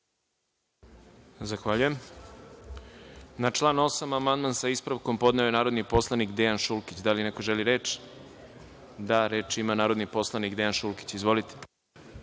Zahvaljujem. Na član 8. amandman, sa ispravkom, podneo je narodni poslanik Dejan Šulkić. Da li neko želi reč? (Da)Reč ima narodni poslanik Dejan Šulkić. Izvolite.